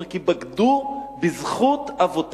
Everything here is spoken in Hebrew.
הוא אומר: כי בגדו בזכות אבותם.